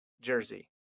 jersey